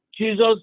Jesus